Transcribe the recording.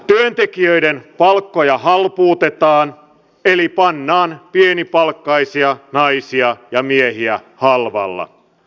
työntekijöiden palkkoja halpuutetaan eli pannaan pienipalkkaisia naisia ja miehiä halvalla